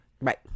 Right